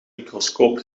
microscoop